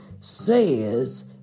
says